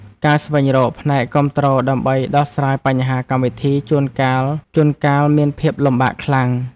ការស្វែងរកផ្នែកគាំទ្រដើម្បីដោះស្រាយបញ្ហាកម្មវិធី ជួនកាលមានភាពលំបាកខ្លាំង។